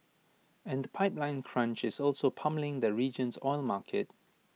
and the pipeline crunch is also pummelling the region's oil market